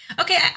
Okay